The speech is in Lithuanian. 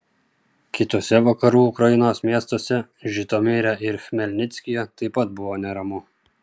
kituose vakarų ukrainos miestuose žitomire ir chmelnickyje taip pat buvo neramu